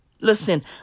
Listen